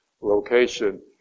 location